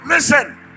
Listen